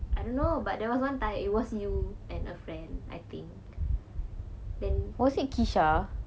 I don't know but there was one time it was you and a friend I think then